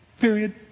Period